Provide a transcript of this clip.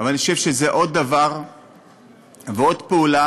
אבל אני חושב שזה עוד דבר ועוד פעולה